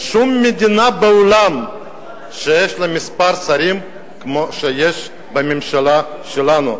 שום מדינה בעולם שיש לה מספר שרים כמו שיש בממשלה שלנו.